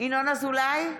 ינון אזולאי,